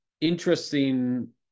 interesting